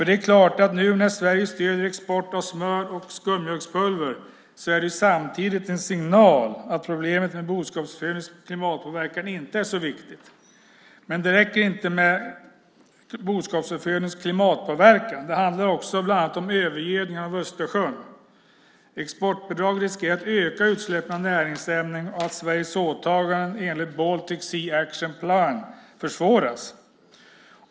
Det är klart att nu när Sverige stöder export av smör och skummjölkspulver är det samtidigt en signal att problemet med boskapsuppfödningens klimatpåverkan inte är så viktigt. Det räcker inte med boskapsuppfödningens klimatpåverkan, utan det handlar också bland annat om övergödning av Östersjön. Exportbidraget riskerar att öka utsläppen av näringsämnen och att Sveriges åtaganden enligt Baltic Sea Action Plan försvåras.